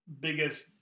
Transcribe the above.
biggest